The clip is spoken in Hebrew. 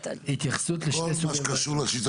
התייחסות לשני סוגי --- אני שומר,